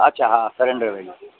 अच्छा हा सरेंडर इहे